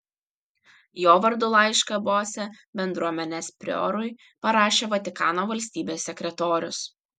jo vardu laišką bose bendruomenės priorui parašė vatikano valstybės sekretorius